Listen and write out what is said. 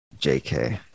JK